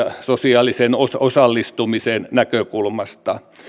ja sosiaalisen osallistumisen näkökulmasta